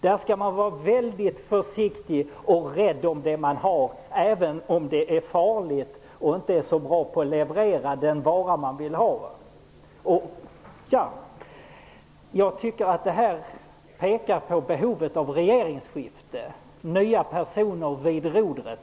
Där skall man vara väldigt försiktig och rädd om det man har, även om det är farligt och även om man inte är så bra på att leverera varan. Jag tycker att detta tyder på behovet av ett regeringsskifte -- nya personer vid rodret.